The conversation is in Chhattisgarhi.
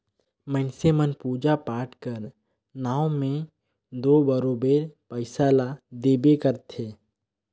मइनसे मन पूजा पाठ कर नांव में दो बरोबेर पइसा ल देबे करथे